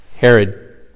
Herod